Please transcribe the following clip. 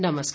नमस्कार